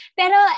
pero